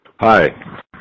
Hi